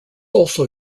also